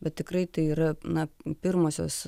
bet tikrai tai yra na pirmosios